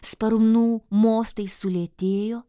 sparnų mostai sulėtėjo